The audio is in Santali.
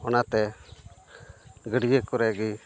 ᱚᱱᱟᱛᱮ ᱜᱟᱹᱰᱭᱟᱹ ᱠᱚᱨᱮ ᱜᱮ